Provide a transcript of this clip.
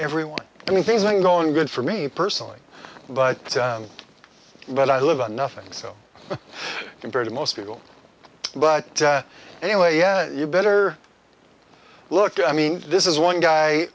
everyone i mean things are going good for me personally but well i live on nothing so compared to most people but anyway yeah you better look i mean this is one guy